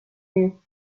les